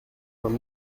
vingt